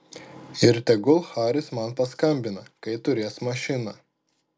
ir tegul haris man paskambina kai turės mašiną